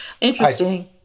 Interesting